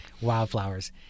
wildflowers